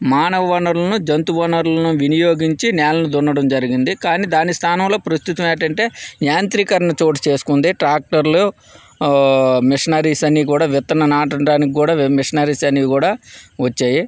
మానవ వనరులను జంతువు వనరులను వినియోగించి నేలను దున్నడం జరిగింది కానీ దాని స్థానంలో ప్రస్తుతం ఏమిటంటే యాంత్రికరణ చోటు చేసుకుంది ట్రాక్టర్లు మిషనరీస్ అన్నీ కూడా విత్తనాలు నాటడానికి కూడా మిషనరీస్ అని కూడా వచ్చాయి